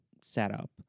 setup